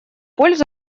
пользу